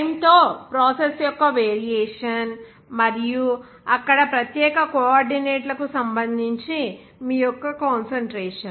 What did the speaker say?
time తో process యొక్క variation మరియు అక్కడ ప్రత్యేక కోఆర్డినేట్లకు సంబంధించి మీ యొక్క కాన్సంట్రేషన్